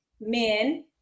men